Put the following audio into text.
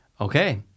Okay